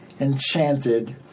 enchanted